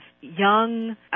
young